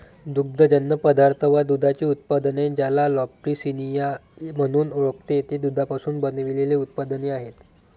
दुग्धजन्य पदार्थ व दुधाची उत्पादने, ज्याला लॅक्टिसिनिया म्हणून ओळखते, ते दुधापासून बनविलेले उत्पादने आहेत